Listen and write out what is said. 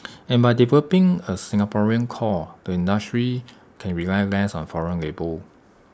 and by developing A Singaporean core the industry can rely less on foreign labour